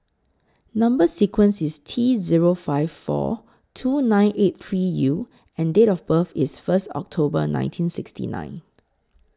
Number sequence IS T Zero five four two nine eight three U and Date of birth IS First October nineteen sixty nine